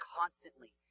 constantly